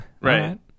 Right